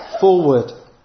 forward